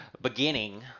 beginning